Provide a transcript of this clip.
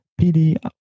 PD